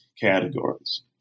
categories